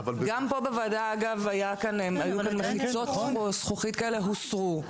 גם פה בוועדה היו מחיצות והן הוסרו.